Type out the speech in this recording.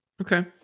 Okay